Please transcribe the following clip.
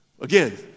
Again